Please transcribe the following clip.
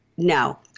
No